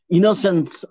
Innocence